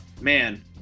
Man